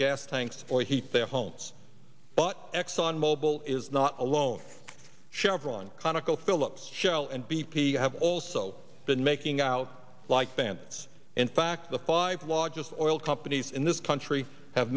gas tanks or heat their homes but exxon mobil is not alone chevron conoco phillips shell and b p have also been making out like bandits in fact the five largest oil companies in this country have